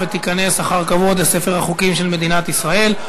ותיכנס אחר כבוד לספר החוקים של מדינת ישראל.